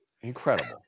Incredible